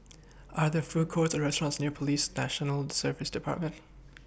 Are There Food Courts Or restaurants near Police National Service department